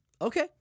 Okay